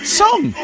song